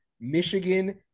Michigan